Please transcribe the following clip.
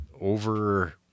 over